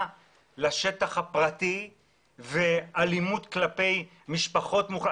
לשטח הפרטי ואלימות כלפי משפחות מוחלשות.